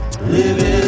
Living